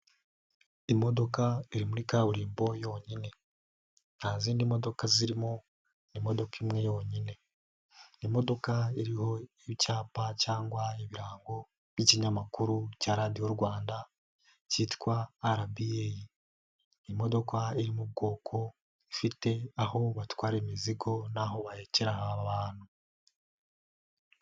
Imodoka iri muri kaburimbo yonyine, nta zindi modoka zirimo imodokadoka imwe yonyine. Ni imodoka iriho icyapa cyangwa ibirango by'ikinyamakuru cya radio rwanda cyitwa RBA, imodoka iri mu bwoko, ifite aho batwara imizigo n'ahajya abantu.